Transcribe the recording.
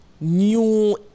new